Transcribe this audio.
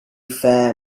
fair